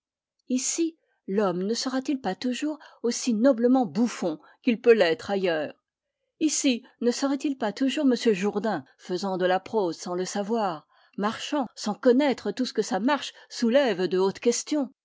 ici l'homme ne sera-t-il pas toujours aussi noblement bouffon qu'il peut l'être ailleurs ici ne sera-t-il pas toujours m jourdain faisant de la prose sans le savoir marchant sans connaître tout ce que sa marche soulève de hautes questions